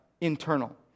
internal